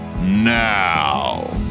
Now